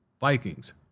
Vikings